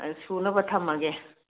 ꯁꯨꯅꯕ ꯊꯝꯃꯒꯦ